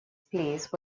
place